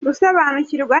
gusobanukirwa